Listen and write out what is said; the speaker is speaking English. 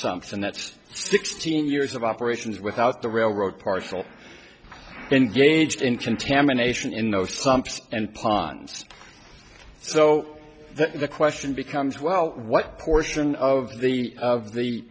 something that's sixteen years of operations without the railroad parcel engaged in contamination in those sumps and ponds so the question becomes well what portion of the of the